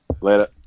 later